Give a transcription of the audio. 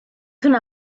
hwnna